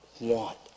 want